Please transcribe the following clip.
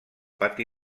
pati